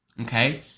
Okay